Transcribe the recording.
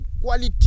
quality